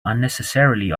unnecessarily